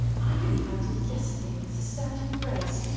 i believe i did it yesterday with a certain grace,